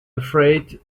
afraid